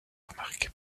remarqué